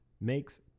makes